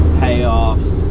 payoffs